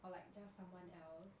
or like just someone else